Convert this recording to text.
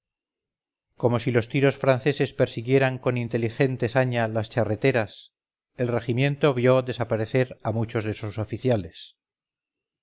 como si los tiros franceses persiguieran con inteligente saña las charreteras el regimiento vio desaparecer a muchos de sus oficiales